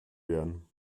werden